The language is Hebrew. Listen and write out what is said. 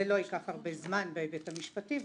זה לא ייקח הרבה זמן בהיבט המשפטי.